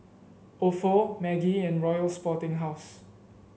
Ofo Maggi and Royal Sporting House